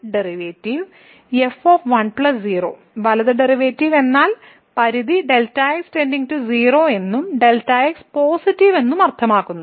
f 1 0 വലത് derivative എന്നാൽ പരിധി Δ x → 0 എന്നും Δ x പോസിറ്റീവ് എന്നും അർത്ഥമാക്കുന്നു